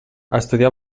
estudià